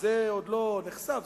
וזה עוד לא נחשף,